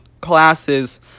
classes